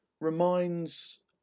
reminds